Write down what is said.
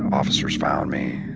officers found me.